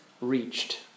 reached